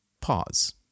pause